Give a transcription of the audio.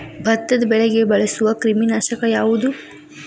ಭತ್ತದ ಬೆಳೆಗೆ ಬಳಸುವ ಕ್ರಿಮಿ ನಾಶಕ ಯಾವುದು?